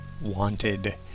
wanted